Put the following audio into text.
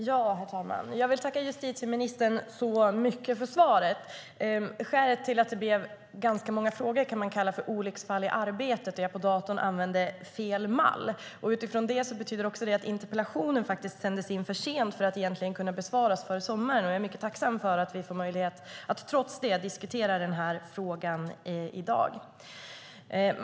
Herr talman! Jag vill tacka justitieministern så mycket för svaret. Skälet till att det blev ganska många frågor kan man kalla olycksfall i arbetet, eftersom jag i datorn använde fel mall. Det betyder också att interpellationen faktiskt sändes in för sent för att egentligen kunna besvaras före sommaren, så jag är mycket tacksam för att vi trots det får möjlighet att diskutera frågan i dag.